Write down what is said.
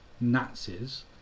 Nazis